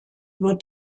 wird